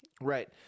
Right